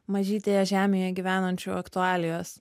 mažytėje žemėje gyvenančių aktualijos